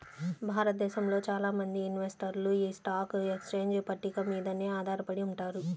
భారతదేశంలో చాలా మంది ఇన్వెస్టర్లు యీ స్టాక్ ఎక్స్చేంజ్ పట్టిక మీదనే ఆధారపడి ఉంటారు